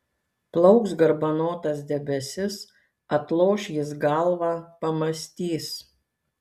plauks garbanotas debesis atloš jis galvą pamąstys